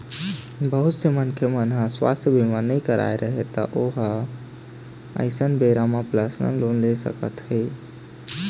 बहुत से मनखे मन ह सुवास्थ बीमा नइ करवाए रहय त ओ ह अइसन बेरा म परसनल लोन ले सकत हे